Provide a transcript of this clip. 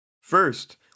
First